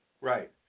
Right